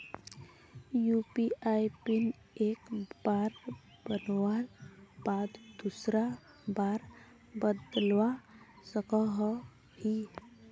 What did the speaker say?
UPI pin एक बार बनवार बाद दूसरा बार बदलवा सकोहो ही?